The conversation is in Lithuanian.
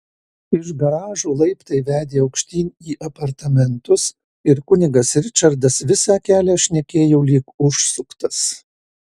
iš garažo laiptai vedė aukštyn į apartamentus ir kunigas ričardas visą kelią šnekėjo lyg užsuktas